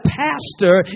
pastor